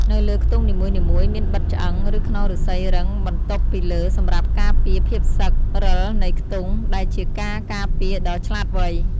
នៅលើខ្ទង់នីមួយៗ មានបិទឆ្អឹង ឬខ្នងឫស្សីរឹងបន្តុបពីលើសម្រាប់ការពារភាពសឹក រឹលនៃខ្ទង់ ដែលជាការការពារដ៏ឆ្លាតវៃ។